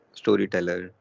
storyteller